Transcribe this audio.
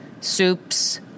soups